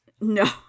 No